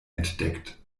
entdeckt